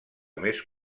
més